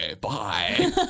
bye